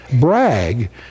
brag